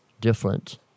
different